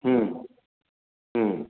ହୁଁ ହୁଁ